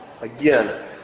again